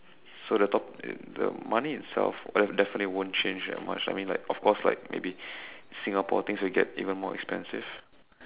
so the topic the money itself definitely won't change that much I mean like of course like maybe Singapore things will get even more expensive